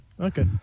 Okay